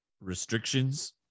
Restrictions